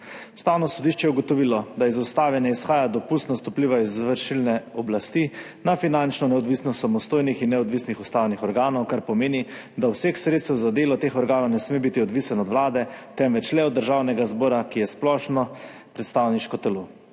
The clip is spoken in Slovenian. Ustavno sodišče je ugotovilo, da iz ustave ne izhaja dopustnost vpliva izvršilne oblasti na finančno neodvisnost samostojnih in neodvisnih ustavnih organov, kar pomeni, da obseg sredstev za delo teh organov ne sme biti odvisen od Vlade, temveč le od Državnega zbora, ki je splošno predstavniško telo.